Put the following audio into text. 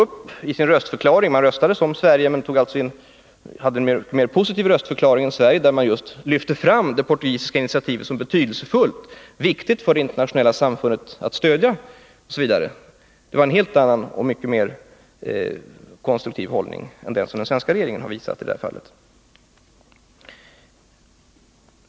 Finland röstade i FN som Sverige men hade en mer positiv röstförklaring än Sverige, där man lyfte fram det portugisiska initiativet som betydelsefullt och viktigt för det internationella samfundet att stödja, osv. Det var en helt annan och mycket mer konstruktiv hållning än den som den svenska regeringen visat i det här fallet.